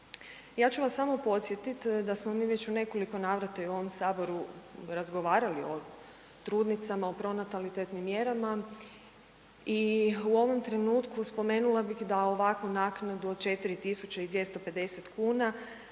Ja ću vas samo podsjetit da smo mi već u nekoliko navrata i u ovom saboru razgovarali o trudnicama, o pronatalitetnim mjerama i u ovom trenutku spomenula bih da ovakvu naknadu od 4.250,00